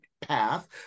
path